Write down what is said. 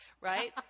Right